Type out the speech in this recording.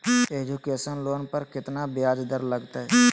Education loan पर केतना ब्याज दर लगतई?